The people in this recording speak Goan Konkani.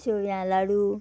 शेवया लाडू